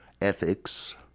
ethics